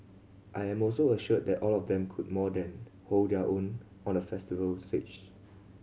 I am also assured that all of them could more than hold their own on a festival stage